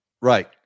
Right